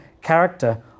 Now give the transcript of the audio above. character